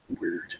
Weird